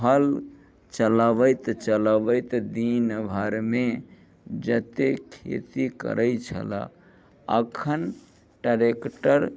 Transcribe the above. हल चलबैत चलबैत दिनभरमे जतेक खेती करैत छलै एखन ट्रेक्टर